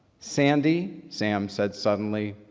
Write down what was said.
sandy? sam said subtly,